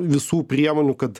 visų priemonių kad